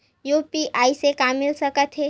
UPI से का मिल सकत हे?